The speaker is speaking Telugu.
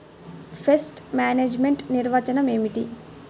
పెస్ట్ మేనేజ్మెంట్ నిర్వచనం ఏమిటి?